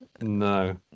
No